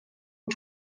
and